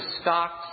stocks